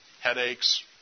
headaches